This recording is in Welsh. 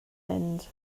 mynd